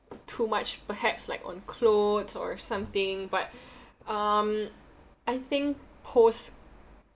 too much perhaps like on clothes or something but um I think post